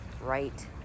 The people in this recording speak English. right